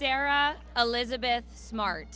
sarah elizabeth smart